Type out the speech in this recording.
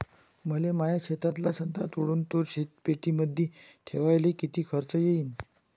मले माया शेतातला संत्रा तोडून तो शीतपेटीमंदी ठेवायले किती खर्च येईन?